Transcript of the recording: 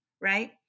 right